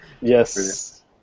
Yes